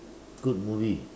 good movie